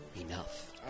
enough